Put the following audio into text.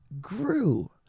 grew